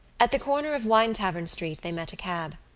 at the corner of winetavern street they met a cab.